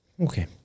Okay